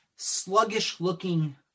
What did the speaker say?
sluggish-looking